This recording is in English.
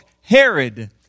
Herod